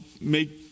make